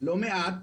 לא מעט,